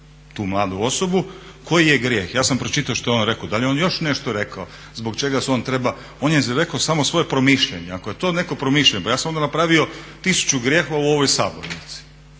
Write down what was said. tu mladu osobu koji je grijeh. Ja sam pročitao što je on rekao, da li je on još nešto rekao zbog čega se on treba, on je rekao samo svoj promišljanje. Ako je to neko promišljanje, pa ja sam onda napravio tisuću grijehova u ovoj sabornici